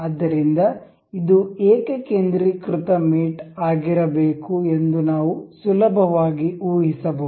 ಆದ್ದರಿಂದ ಇದು ಏಕಕೇಂದ್ರೀಕೃತ ಮೇಟ್ ಆಗಿ ಗಿರಬೇಕು ಎಂದು ನಾವು ಸುಲಭವಾಗಿ ಊಹಿಸಬಹುದು